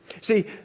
See